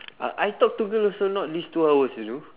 uh I talk to girl also not reach two hours you know